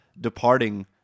departing